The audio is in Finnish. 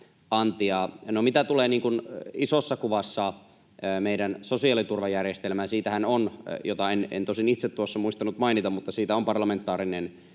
antia. No, mitä tulee isossa kuvassa meidän sosiaaliturvajärjestelmään, siitähän on — mitä en tosin itse tuossa muistanut mainita — parlamentaarinen